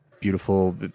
beautiful